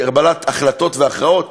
כי קבלת החלטות והכרעות,